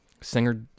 Singer